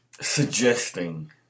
suggesting